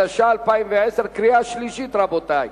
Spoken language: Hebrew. התש"ע 2010, קריאה שלישית, רבותי.